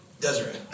Desiree